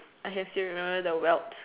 I can still remember the welt